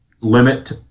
limit